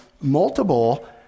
multiple